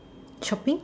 shopping